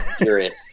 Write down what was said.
curious